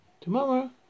Tomorrow